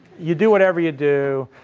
you do whatever you do,